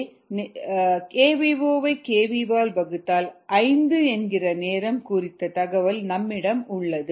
303kd log10 xvo வை xv ஆல் வகுத்தால் 5 என்கிற நேரம் குறித்த தகவல் நம்மிடம் உள்ளது